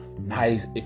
Nice